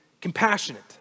compassionate